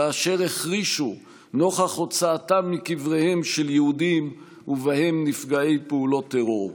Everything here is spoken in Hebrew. ואשר החרישו נוכח הוצאתם מקבריהם של יהודים ובהם נפגעי פעולות טרור.